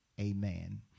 Amen